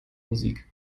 musik